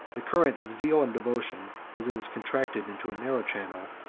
the current of zeal and devotion, as it was contracted into a narrow channel,